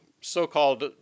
so-called